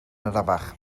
arafach